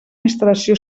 instal·lació